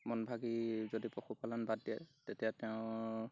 মন ভাগি যদি পশুপালন বাদ দিয়ে তেতিয়া তেওঁৰ